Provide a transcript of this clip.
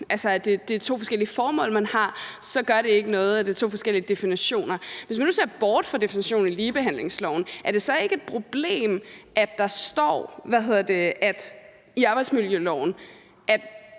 fordi man har to forskellige formål, gør det ikke noget, at det er to forskellige definitioner. Hvis nu man ser bort fra definitionen i ligebehandlingsloven, er det så ikke et problem, at der står i arbejdsmiljøloven, at